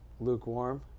lukewarm